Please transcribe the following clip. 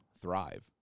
thrive